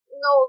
no